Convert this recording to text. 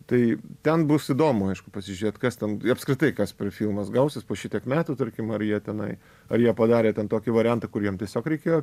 tai ten bus įdomu aišku pasižiūrėt kas ten apskritai kas per filmas gausis po šitiek metų tarkim ar jie tenai ar jie padarė ten tokį variantą kur jam tiesiog reikėjo